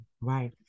Right